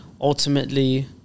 ultimately